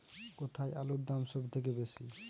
কোথায় আলুর দাম সবথেকে বেশি?